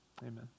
Amen